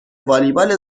والیبال